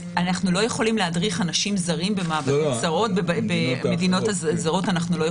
אנחנו לא יכולים להדריך אנשים זרים במעבדות זרות במדינות זרות.